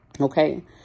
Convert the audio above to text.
Okay